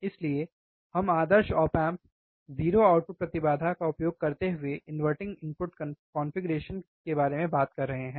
इसलिए हम आदर्श ऑप एम्प 0 आउटपुट प्रतिबाधा का उपयोग करते हुए इनवर्टिंग इनपुट कॉन्फ़िगरेशन के बारे में बात कर रहे हैं